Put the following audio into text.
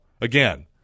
again